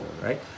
right